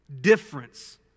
difference